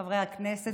חברי הכנסת,